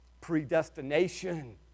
predestination